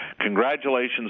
congratulations